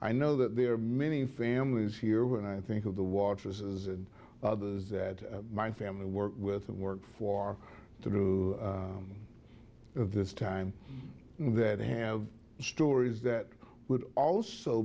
i know that there are many families here when i think of the waters and others that my family worked with and worked for through this time that have stories that would also